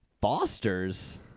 Foster's